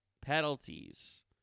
penalties